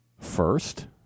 first